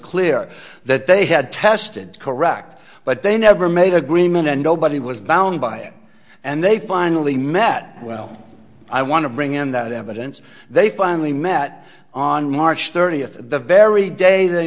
clear that they had tested correct but they never made agreement and nobody was bound by and they finally met well i want to bring in that evidence they finally met on march thirtieth the very day they